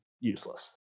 useless